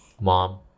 mom